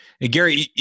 Gary